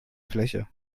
fläche